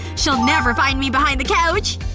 she'll never find me behind the couch!